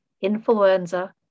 influenza